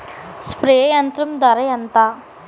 Spray యంత్రం ధర ఏంతా?